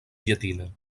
llatina